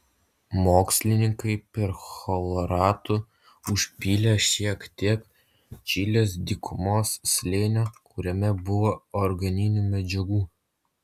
mokslininkai perchloratu užpylė šiek tiek čilės dykumos slėnio kuriame buvo organinių medžiagų